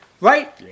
Right